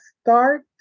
start